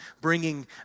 bringing